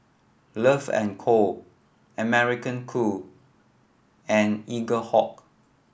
Love and Co American Crew and Eaglehawk